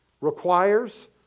requires